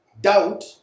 doubt